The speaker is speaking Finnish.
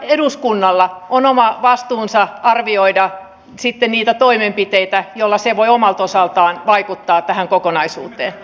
eduskunnalla on oma vastuunsa arvioida sitten niitä toimenpiteitä joilla se voi omalta osaltaan vaikuttaa tähän kokonaisuuteen